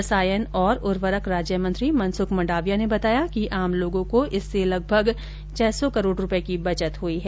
रसायन और ऊर्वरक राज्य मंत्री मन्सूख मंडाविया ने बताया कि आम लोगों को इससे लगभग छह सौ करोड़ रुपये की बचत हुई है